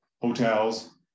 hotels